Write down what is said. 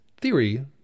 theory